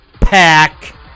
Pack